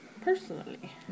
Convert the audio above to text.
personally